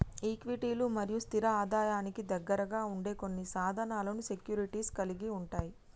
ఈక్విటీలు మరియు స్థిర ఆదాయానికి దగ్గరగా ఉండే కొన్ని సాధనాలను సెక్యూరిటీస్ కలిగి ఉంటయ్